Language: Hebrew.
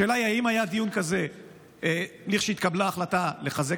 השאלה היא אם היה דיון כזה כשהתקבלה החלטה לחזק